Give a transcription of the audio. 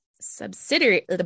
subsidiary